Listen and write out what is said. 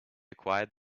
acquired